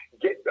get